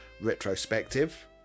retrospective